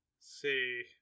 see